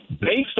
Based